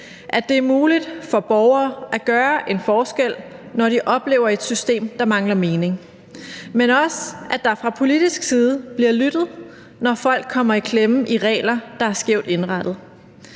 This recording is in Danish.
at det er muligt for borgere at gøre en forskel, når de oplever et system, der mangler mening, men også at der fra politisk side bliver lyttet, når folk kommer i klemme i de regler, der er skævt indrettet.